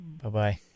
Bye-bye